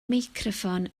meicroffon